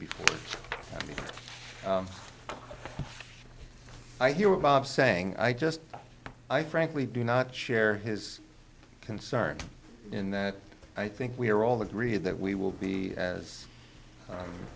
before i hear what bob saying i just i frankly do not share his concern in that i think we're all agreed that we will be as